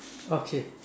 okay